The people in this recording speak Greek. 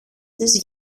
της